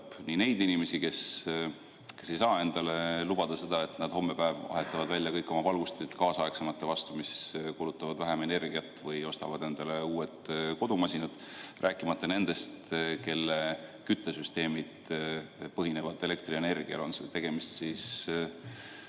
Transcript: nii neid inimesi, kes ei saa endale lubada seda, et nad hommepäev vahetavad kõik oma valgustid kaasaegsemate vastu, mis kulutavad vähem energiat, või ostavad endale uued kodumasinad, rääkimata nendest, kelle küttesüsteemid põhinevad elektrienergial, olgu siis